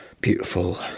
Beautiful